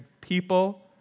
people